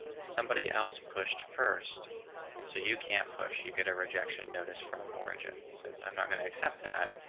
somebody else pushed first and so you can't push you get a rejection notice from origin says, i'm not going to accept that.